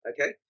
Okay